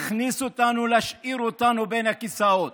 להכניס אותנו, להשאיר אותנו בין הכיסאות,